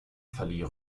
verlieh